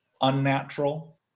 unnatural